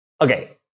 Okay